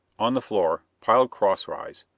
on the floor, piled crosswise,